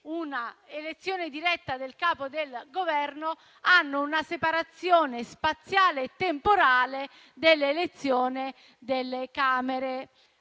una elezione diretta del Capo del Governo hanno una separazione spaziale e temporale dell'elezione delle Camere